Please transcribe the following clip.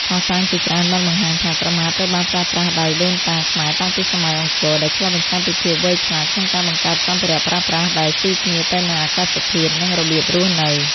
ភស្តុតាងជាច្រើនបានបង្ហាញថា ក្រមាត្រូវបានប្រើប្រាស់ដោយដូនតាខ្មែរតាំងពីសម័យអង្គរ ដែលឆ្លុះបញ្ចាំងពីភាពវៃឆ្លាតក្នុងការបង្កើតសម្ភារៈប្រើប្រាស់ដែលស៊ីគ្នាទៅនឹងអាកាសធាតុ និងរបៀបរស់នៅ។